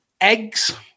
eggs